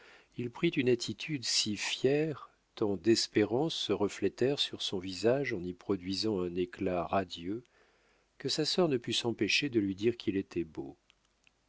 il prit une attitude si fière tant d'espérances se reflétèrent sur son visage en y produisant un éclat radieux que sa sœur ne put s'empêcher de lui dire qu'il était beau